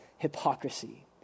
hypocrisy